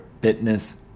fitness